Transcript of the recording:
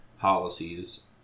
policies